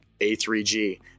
A3G